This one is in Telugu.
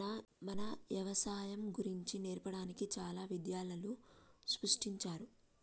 మన యవసాయం గురించి నేర్పడానికి చాలా విద్యాలయాలు సృష్టించారు